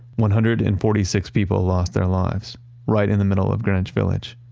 one hundred and forty six people lost their lives right in the middle of greenwich village.